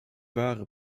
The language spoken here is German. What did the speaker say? wahre